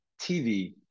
TV